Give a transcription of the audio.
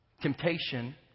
Temptation